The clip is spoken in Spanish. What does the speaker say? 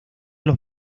los